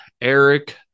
Eric